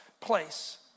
place